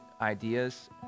ideas